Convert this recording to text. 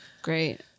great